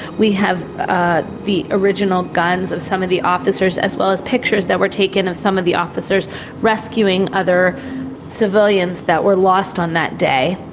we have ah the original guns of some of the officers, as well as pictures that were taken of some of the officers rescuing other civilians that were lost on that day.